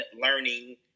learning